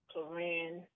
Korean